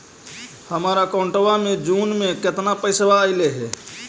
हमर अकाउँटवा मे जून में केतना पैसा अईले हे?